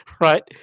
right